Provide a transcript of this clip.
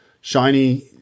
shiny